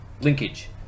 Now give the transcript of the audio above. Linkage